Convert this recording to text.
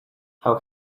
how